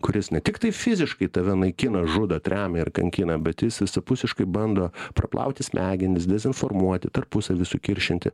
kuris ne tiktai fiziškai tave naikina žudo tremia ir kankina bet jis visapusiškai bando praplauti smegenis dezinformuoti tarpusavy sukiršinti